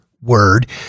word